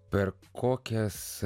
per kokias